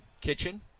Kitchen